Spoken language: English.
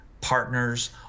partners